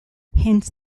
hence